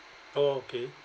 oh okay